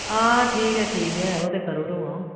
हां ठीक ऐ ठीक ऐ ओह् ते करी ओड़ङ अ'ऊं